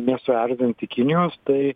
nesuerzinti kinijos tai